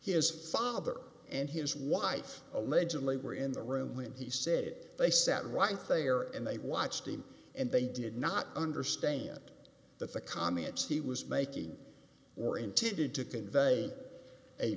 his father and his wife allegedly were in the room when he said it they sat right there and they watched him and they did not understand that the comments he was making or intended to convey a